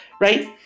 right